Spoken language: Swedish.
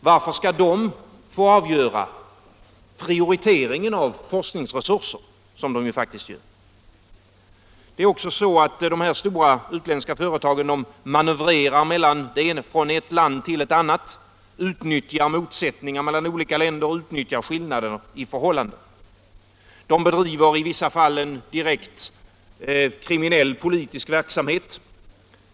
Varför skall de få avgöra prioriteringen av forskningsresurser, som de faktiskt gör? De stora utländska företagen manövrerar även mellan olika länder, från ett land till ett annat. De utnyttjar motsättningen mellan olika länder och skillnader i förhållandena. De bedriver i vissa fall en direkt kriminell politisk verksamhet.